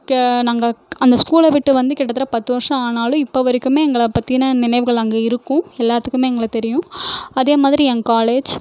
க நாங்கள் அந்த ஸ்கூலை விட்டு வந்து கிட்டத்தட்ட பத்து வருஷம் ஆனாலும் இப்போ வரைக்குமே எங்களை பற்றின நினைவுகள் அங்கே இருக்கும் எல்லார்த்துக்குமே எங்களை தெரியும் அதே மாதிரி எங் காலேஜ்